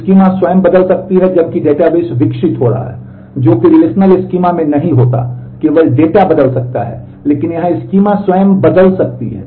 schema में नहीं होता है केवल डेटा बदल सकता है लेकिन यहां स्कीमा स्वयं बदल सकती है